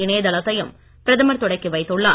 இணைய தளத்தையும் பிரதமர் தொடக்கி வைத்துள்ளார்